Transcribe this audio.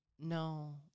No